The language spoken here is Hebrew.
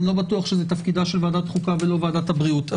אני לא בטוח שזו תפקידה של ועדת חוקה ולא ועדת הבריאות.